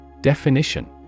Definition